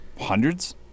Hundreds